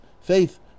faith